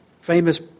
famous